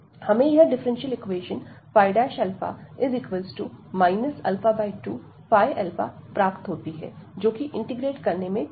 हमें यह differential equation 2ϕα प्राप्त होती हैं जो कि इंटीग्रेट करने में आसान है